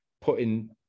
putting